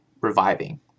reviving